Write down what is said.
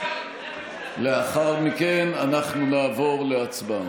לאחר מכן אנחנו נעבור להצבעה.